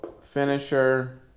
finisher